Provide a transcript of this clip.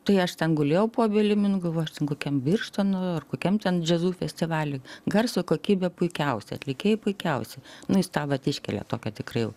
tai aš ten gulėjau po obelim nu galvoju aš ten kokiam birštono ar kokiam ten džiazų festivaly garso kokybė puikiausia atlikėjai puikiausi nu jis tą vat iškelia tokią tikrai